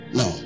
no